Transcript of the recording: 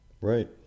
Right